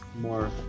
more